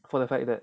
for the fact that